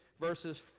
verses